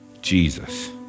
Jesus